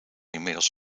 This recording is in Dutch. inmiddels